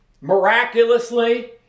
miraculously